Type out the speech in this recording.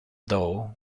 though